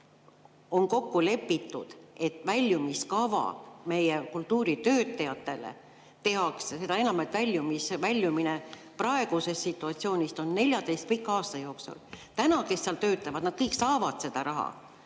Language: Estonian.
on kokku lepitud, et väljumiskava meie kultuuritöötajatele tehakse? Seda enam, et väljumine praegusest situatsioonist on 14 pika aasta jooksul. Kõik need, kes täna seal töötavad, saavad seda raha.